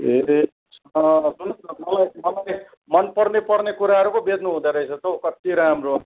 ए सुन्नुहोस् मलाई मनपर्ने मनपर्ने पर्ने कुराहरू पो बेच्नु हुँदारहेछ त हौ कति राम्रो